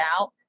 out